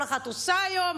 כל אחת עושה היום.